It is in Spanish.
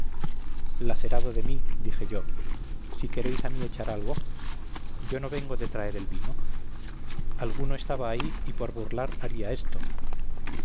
lacerado de mí dije yo si queréis a mí échar algo yo no vengo de traer el vino alguno estaba ahí y por burlar haría esto